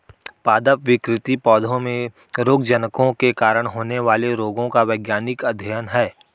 पादप विकृति पौधों में रोगजनकों के कारण होने वाले रोगों का वैज्ञानिक अध्ययन है